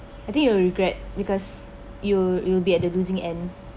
I think you will regret because you you will be at the losing end